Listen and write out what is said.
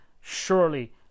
surely